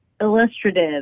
illustrative